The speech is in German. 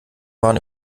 waren